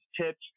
tips